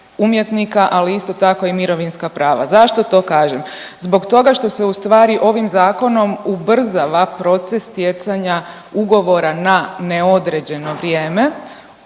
ali isto tako i mirovinska prava. Zašto to kažem? Zbog toga što se ustvari ovim zakonom ubrzava proces stjecanja ugovora na neodređeno vrijeme